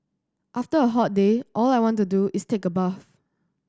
after a hot day all I want to do is take a bath